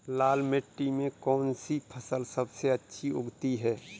लाल मिट्टी में कौन सी फसल सबसे अच्छी उगती है?